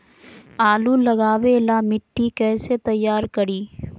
आलु लगावे ला मिट्टी कैसे तैयार करी?